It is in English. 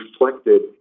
reflected